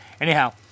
Anyhow